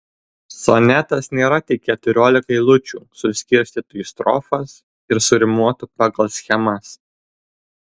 sonetas nėra tik keturiolika eilučių suskirstytų į strofas ir surimuotų pagal schemas